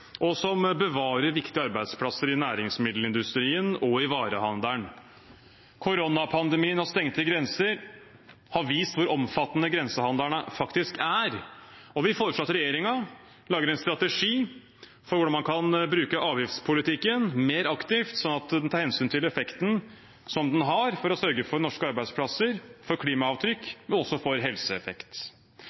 og som bevarer viktige arbeidsplasser i næringsmiddelindustrien og i varehandelen. Koronapandemien og stengte grenser har vist hvor omfattende grensehandelen faktisk er, og vi foreslår at regjeringen lager en strategi for hvordan man kan bruke avgiftspolitikken mer aktivt, sånn at den tar hensyn til effekten som den har, for å sørge for norske arbeidsplasser, for klimaavtrykk og også for helseeffekt.